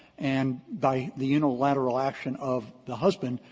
and by the unilateral action of the husband,